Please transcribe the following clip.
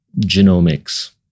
genomics